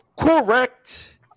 correct